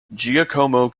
giacomo